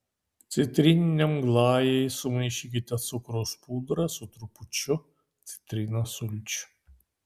citrininiam glajui sumaišykite cukraus pudrą su trupučiu citrinos sulčių